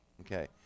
okay